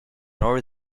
nor